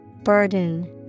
Burden